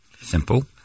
Simple